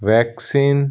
vaccine